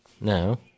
No